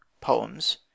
Poems